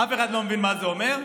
אף אחד לא מבין מה זה אומר.